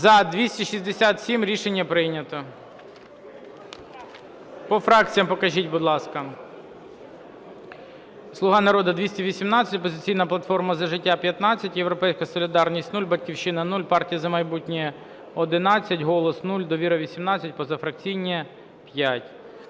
За-267 Рішення прийнято. По фракціях покажіть, будь ласка. "Слуга народу" - 218, "Опозиційна платформа – За життя" – 15, "Європейська солідарність" – 0, "Батьківщина" – 0, Партія "За майбутнє" – 11, "Голос" – 0, "Довіра" - 18, позафракційні –